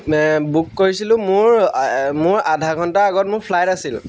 book কৰিছিলোঁ মোৰ মোৰ আধা ঘণ্টাৰ আগত মোৰ ফ্লাইট আছিল